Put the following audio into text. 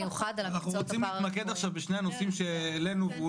רוצים להתמקד עכשיו בשני הנושאים שהעלינו והוא